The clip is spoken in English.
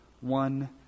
one